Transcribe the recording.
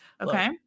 Okay